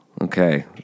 Okay